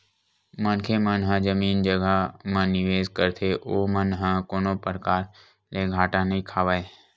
मनखे मन ह जमीन जघा म निवेस करथे ओमन ह कोनो परकार ले घाटा नइ खावय